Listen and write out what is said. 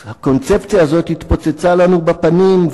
אז הקונספציה הזאת התפוצצה לנו בפנים,